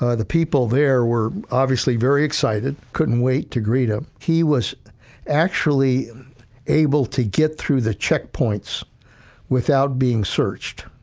ah the people there were obviously very excited, couldn't wait to greet him. he was actually able to get through the checkpoints without being searched,